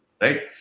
Right